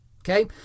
okay